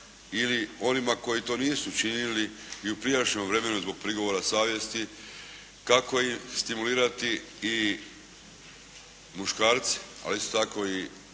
ili onima koji to nisu činili i u prijašnjem vremenu zbog prigovora savjesti, kako ih stimulirati i muškarce ali isto tako i